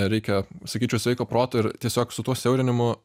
reikia sakyčiau sveiko proto ir tiesiog su tuo susiaurinimu